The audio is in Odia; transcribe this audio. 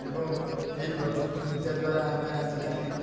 ଏବଂ ଏହି ପ୍ରଯୁକ୍ତିବିଦ୍ୟା ଦ୍ୱାରା ଆମେ ଆଜି କାଲି